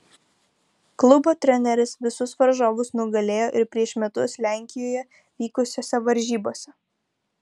klubo treneris visus varžovus nugalėjo ir prieš metus lenkijoje vykusiose varžybose